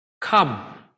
Come